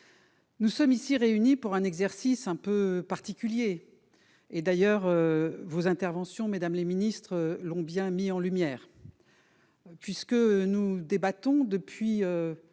nous sommes ici réunis pour un exercice un peu particulier. Vos interventions, mesdames les ministres, l'ont bien mis en lumière. Nous débattons en